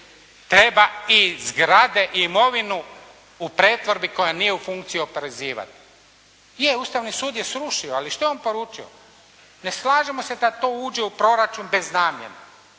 Treba i zgrade i imovinu u pretvorbi koja nije u funkciji oporezivati. Je, Ustavni sud je srušio ali što je on poručio? Ne slažemo se da to uđe u proračun bez namjene.